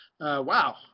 wow